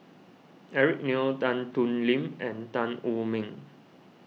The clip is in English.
Eric Neo Tan Thoon Lip and Tan Wu Meng